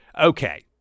Okay